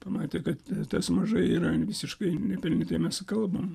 pamatė kad tas mažai yra visiškai nepelnytai mes kalbam